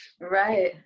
Right